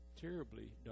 terribly